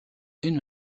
энэ